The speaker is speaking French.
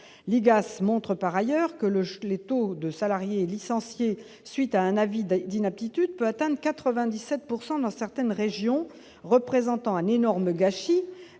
l'IGAS montre par ailleurs que le les taux de salariés licenciés suite à un avis d'inaptitude peut atteindre 97 pourcent dans dans certaines régions, représentant un énorme gâchis,